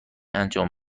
انجام